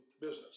business